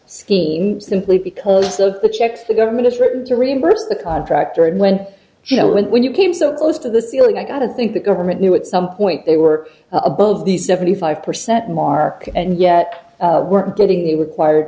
scheme simply because of the checks the government is ready to reimburse the contractor and when you know when you came so close to the ceiling i got to think the government knew at some point they were above the seventy five percent mark and yet we're getting the required